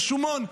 רשומון,